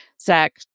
Zach